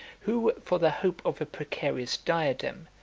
who, for the hope of a precarious diadem,